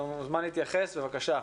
אתה מוזמן להתייחס, בבקשה.